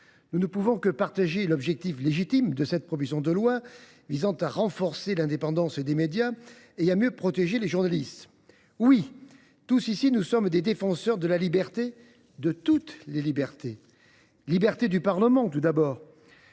Nous ne pouvons que souscrire à l’objectif légitime de cette proposition de loi, qui vise à renforcer l’indépendance des médias et à mieux protéger les journalistes. Oui, tous, ici, nous sommes des défenseurs de la liberté et de toutes les libertés. Liberté du Parlement, tout d’abord,